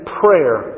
prayer